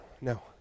no